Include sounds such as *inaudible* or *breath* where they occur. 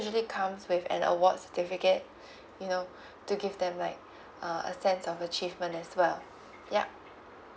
usually comes with an award certificate *breath* you know *breath* to give them like *breath* a sense of achievement as well ya